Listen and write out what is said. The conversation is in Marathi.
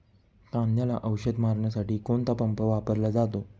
कांद्याला औषध मारण्यासाठी कोणता पंप वापरला जातो?